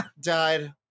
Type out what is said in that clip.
Died